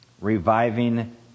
reviving